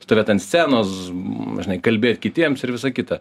stovėt ant scenos žinai kalbėt kitiems ir visa kita